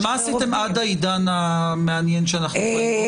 מה עשיתם עד העידן המעניין שאנחנו נמצאים בו?